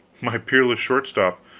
my peerless short-stop!